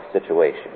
situation